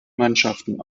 mannschaften